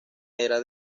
era